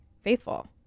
faithful